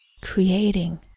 creating